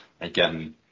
again